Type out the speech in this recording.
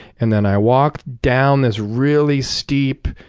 and then i walked down this really steep